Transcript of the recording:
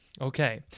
okay